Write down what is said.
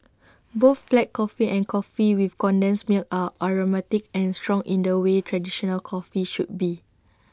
both black coffee and coffee with condensed milk are aromatic and strong in the way traditional coffee should be